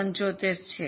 875 છે